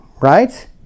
right